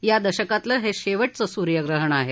या दशकातलं हे शेवटचं सूर्यप्रहण आहे